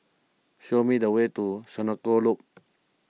show me the way to Senoko Loop